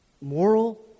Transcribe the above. Moral